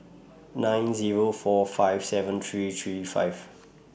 nine Zero four five seven three three five